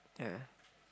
yeah